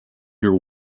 your